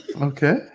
Okay